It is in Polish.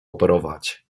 operować